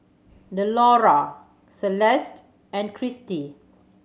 Delora Celeste and Cristi